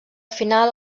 final